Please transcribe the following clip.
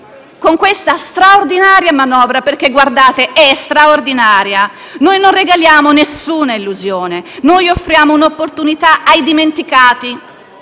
Con questa straordinaria manovra (perché è straordinaria) noi non regaliamo alcuna illusione; noi offriamo un'opportunità ai dimenticati,